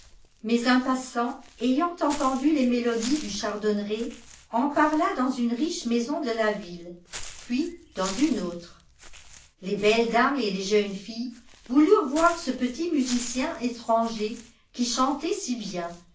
mais un passant ayant entendu les mélodies du chardonneret en parla dans une riche maison de la ville puis dans une autre les belles dames et les jeunes filles voulurent voir ce petit musicien étranger qui chantait si bien